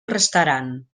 restaran